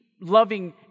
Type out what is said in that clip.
loving